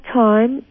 time